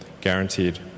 guaranteed